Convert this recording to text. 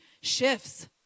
shifts